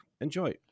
enjoy